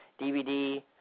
DVD